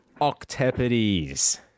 Octopodes